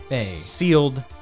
sealed